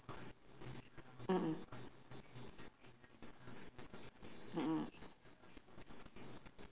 worth the money and the portion is big and it's definitely good actually chef chef amri